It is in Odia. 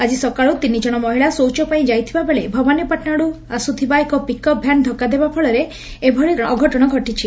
ଆଜି ସକାଳୁ ତିନିଜଣ ମହିଳା ଶୌଚ ପାଇଁ ଯାଇଥିବାବେଳେ ଭବାନୀପାଟଣା ପଟୁ ଆସୁଥିବା ଏକ ପିକ୍ଅପ୍ ଭ୍ୟାନ୍ ଧକ୍କ ଦେବା ଫଳରେ ଏଭଳି ଘଟଶା ଘଟିଛି